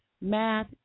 Math